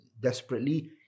desperately